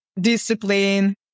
discipline